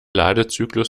ladezyklus